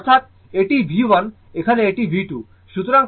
অর্থাৎ এটি V1 এখানে এটি V2